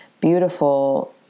beautiful